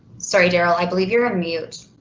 sorry darrell, i believe you're on mute.